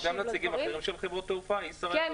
יש לנו גם נציגים אחרים של חברות תעופה כמו ישראייר וארקיע?